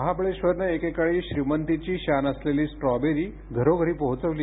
महाबळेश्वरनं एकेकाळी श्रीमंतीची शान असलेली स्ट्रॉबेरी घरोघरी पोहोचवली